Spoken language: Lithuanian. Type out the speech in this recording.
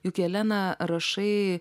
juk jelena rašai